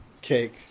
cake